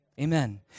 Amen